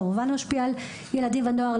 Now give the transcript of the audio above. כמובן משפיע על ילדים ונוער.